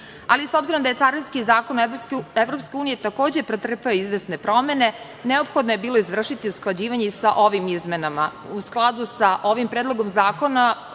S obzirom da je Carinski zakon EU takođe pretrpeo izvesne promene, neophodno je bilo izvršiti usklađivanje i sa ovim izmenama. U skladu sa ovim predlogom zakona